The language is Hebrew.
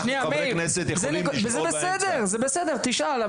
אנחנו, חברי הכנסת, יכולים לשאול באמצע.